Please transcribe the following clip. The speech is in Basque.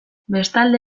bestalde